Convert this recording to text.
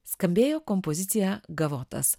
skambėjo kompozicija gavotas